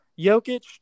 Jokic